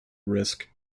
risk